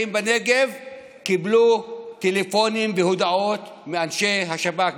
בנגב קיבלו טלפונים והודעות מאנשי השב"כ,